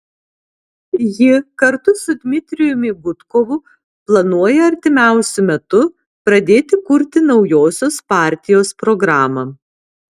ji kartu su dmitrijumi gudkovu planuoja artimiausiu metu pradėti kurti naujosios partijos programą